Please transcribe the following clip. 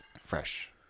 fresh